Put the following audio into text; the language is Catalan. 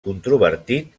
controvertit